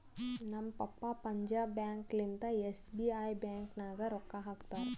ನಮ್ ಪಪ್ಪಾ ಪಂಜಾಬ್ ಬ್ಯಾಂಕ್ ಲಿಂತಾ ಎಸ್.ಬಿ.ಐ ಬ್ಯಾಂಕ್ ನಾಗ್ ರೊಕ್ಕಾ ಹಾಕ್ತಾರ್